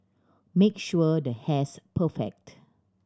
make sure the hair's perfect